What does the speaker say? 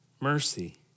mercy